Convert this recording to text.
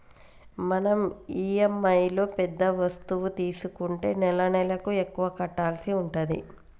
మనం ఇఎమ్ఐలో పెద్ద వస్తువు తీసుకుంటే నెలనెలకు ఎక్కువ కట్టాల్సి ఉంటది